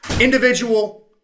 individual